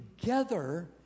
together